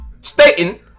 stating